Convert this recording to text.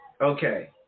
Okay